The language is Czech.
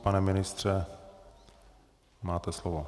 Pane ministře, máte slovo.